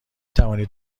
توانید